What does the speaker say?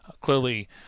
clearly